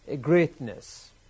greatness